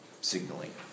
signaling